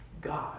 God